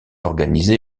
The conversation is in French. organisé